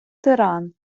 тиран